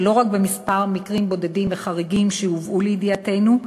ולא רק בכמה מקרים בודדים וחריגים שהובאו לידיעתנו,